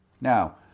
Now